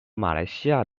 马来西亚